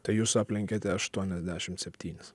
tai jūs aplenkėte aštuoniasdešim septynis